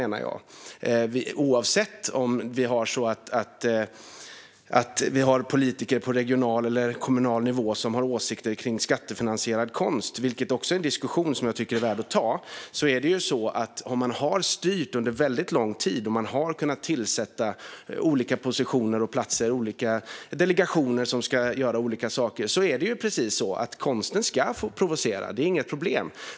Det gäller oavsett om vi har politiker på regional eller kommunal nivå som har åsikter om skattefinansierad konst, vilket också är en diskussion som är värd att ta. Om man har styrt under väldigt lång tid har man kunnat tillsätta olika positioner och platser i olika delegationer som ska göra olika saker. Konsten ska få provocera. Det är inga problem.